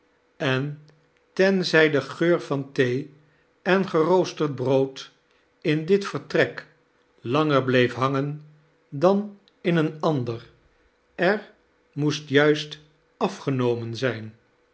en tenzij de geur van thee en geroosterd brood in dit vertrek langer bleef hangen dan in een ander er moest juist afgenomen zijn